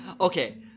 Okay